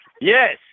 Yes